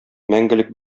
мәңгелек